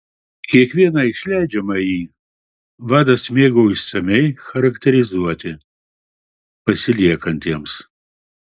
kiekvieną išleidžiamąjį vadas mėgo išsamiai charakterizuoti pasiliekantiems